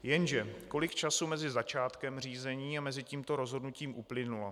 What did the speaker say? Jenže kolik ale času mezi začátkem řízení a tímto rozhodnutím uplynulo?